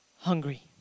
hungry